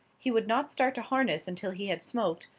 he would not start to harness until he had smoked,